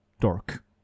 dork